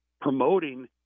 promoting